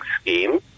scheme